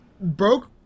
broke